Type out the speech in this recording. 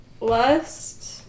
Lust